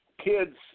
Kids